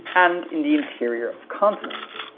and in the interior of continents.